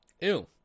Ew